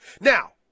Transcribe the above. Now